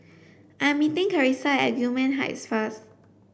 I'm meeting Charissa at Gillman Heights first